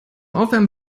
aufwärmen